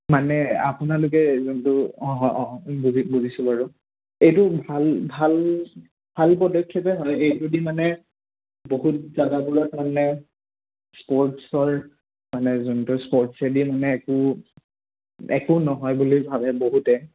মানে আপোনালোকে যোনটো অঁ অঁ বুজিছোঁ বাৰু এইটো ভাল ভাল ভাল পদক্ষেপেই হয় এইটো দি মানে বহুত জাগাবোৰৰ কাৰণে স্পৰ্টছৰ মানে যোনটো স্পৰ্টচছে দি মানে একো একো নহয় বুলি ভাবে বহুতে